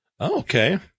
Okay